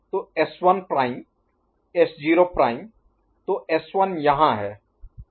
तो S1 prime S1' S0 prime S0' तो S1 यहाँ है